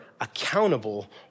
accountable